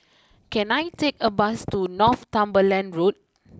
can I take a bus to Northumberland Road